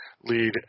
lead